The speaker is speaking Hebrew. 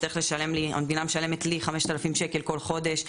המדינה משלמת לי 5000 שקל כל חודש.